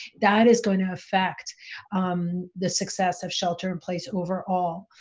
that is going to effect the success of shelter-in-place overall,